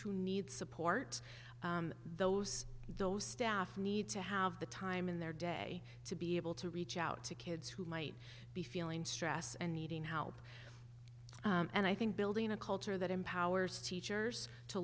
who need support those those staff need to have the time in their day to be able to reach out to kids who might be feeling stress and needing help and i think building a culture that empowers teachers to